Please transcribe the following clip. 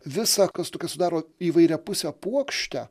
visa kas tokią sudaro įvairiapusę puokštę